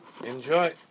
Enjoy